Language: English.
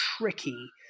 tricky